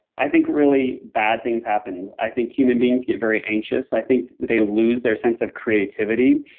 i think really bad things happen. i think human beings get very anxious. i think they lose their sense of creativity.